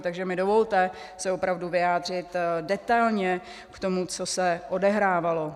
Takže mi dovolte se opravdu vyjádřit detailně k tomu, co se odehrávalo.